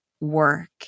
work